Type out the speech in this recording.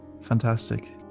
fantastic